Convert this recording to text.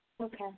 Okay